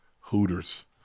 Hooters